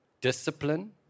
discipline